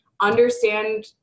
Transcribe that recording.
understand